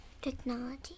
technology